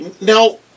Now